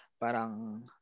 parang